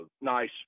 nice